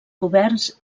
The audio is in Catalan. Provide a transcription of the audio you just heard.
governs